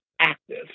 active